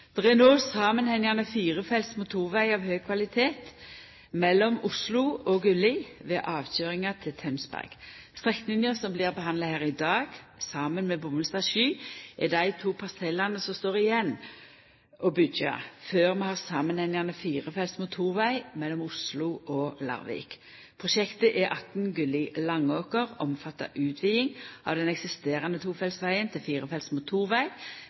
no samanhengande firefelts motorveg av høg kvalitet mellom Oslo og Gulli, ved avkøyringa til Tønsberg. Strekninga som blir behandla her i dag, saman med Bommestad–Sky, er dei to parsellane som står igjen å byggja før vi har samanhengande firefelts motorveg mellom Oslo og Larvik. Prosjektet E18 Gulli–Langåker omfattar utviding av den eksisterande tofeltsvegen til